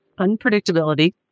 unpredictability